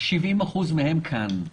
70% מהן כאן.